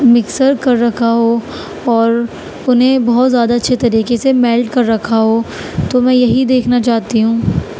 mixer کر رکھا ہو اور انہیں بہت زیادہ اچّھے طریقے سے میلٹ کر رکھا ہو تو میں یہی دیکھنا چاہتی ہوں